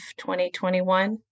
2021